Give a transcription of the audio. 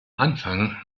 anfang